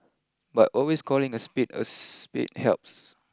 but always calling a spade a spade helps